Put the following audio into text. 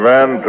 Van